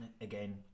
Again